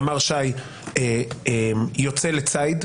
ימ"ר ש"י יוצא לצייד,